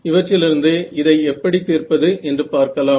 இவற்றிலிருந்து இதை எப்படி தீர்ப்பது என்று பார்க்கலாம்